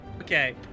Okay